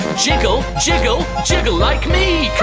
jiggle. jiggle. jiggle like me.